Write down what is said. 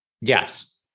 Yes